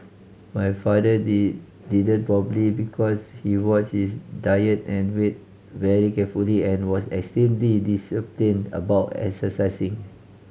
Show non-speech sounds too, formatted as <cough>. my father <unintelligible> didn't probably because he watch his diet and weight very carefully and was extremely disciplined about exercising